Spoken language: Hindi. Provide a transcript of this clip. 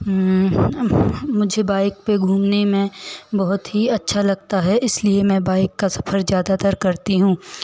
मुझे बाइक पर घूमने में बहुत ही अच्छा लगता है इसलिए मैं बाइक का सफ़र ज़्यादातर करती हूँ